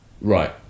Right